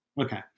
Okay